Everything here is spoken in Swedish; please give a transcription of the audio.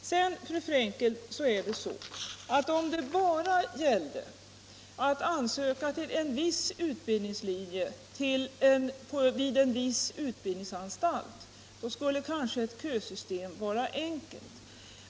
|: Vidare är det så, fru Frenkel, att om det bara gällde att ansöka till en viss utbildningslinje vid en viss utbildningsanstalt, skulle kanske ett kösystem vara enkelt.